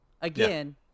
Again